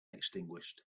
extinguished